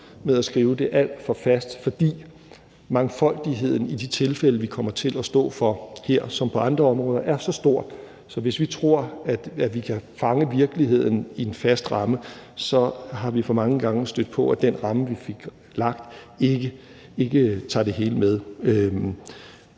med at skrive det alt for fast, for mangfoldigheden i de tilfælde, vi kommer til at stå med her – som på andre områder – er så stor, at hvis vi tror, at vi kan fange virkeligheden i en fast ramme, så er vi for mange gange stødt på, at den ramme, vi fik lagt, ikke tager det hele med.